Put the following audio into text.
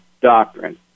doctrine